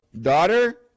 Daughter